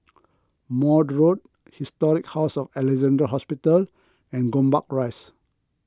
Maude Road Historic House of Alexandra Hospital and Gombak Rise